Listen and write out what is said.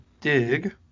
Dig